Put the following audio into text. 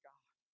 God